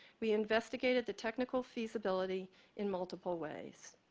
we investigated the technical feasibility in multiple ways.